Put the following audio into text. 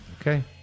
Okay